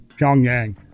Pyongyang